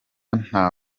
nta